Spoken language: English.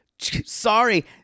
sorry